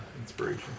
inspiration